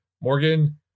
Morgan